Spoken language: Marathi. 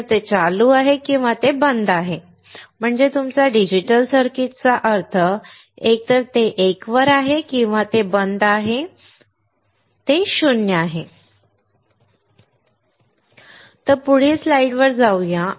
एकतर ते चालू आहे किंवा ते बंद आहे म्हणजे तुमच्या डिजिटल सर्किट चा अर्थ एकतर ते 1 वर आहे ते बंद आहे ते 0 आहे तर पुढील स्लाइडवर जाऊया